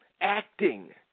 acting